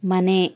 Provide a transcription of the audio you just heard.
ಮನೆ